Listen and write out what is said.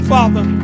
Father